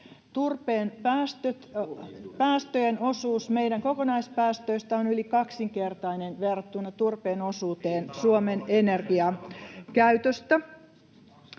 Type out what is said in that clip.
Turpeen päästöjen osuus meidän kokonaispäästöistä on yli kaksinkertainen [Mikko Savolan välihuuto] verrattuna turpeen osuuteen Suomen energiankäytöstä.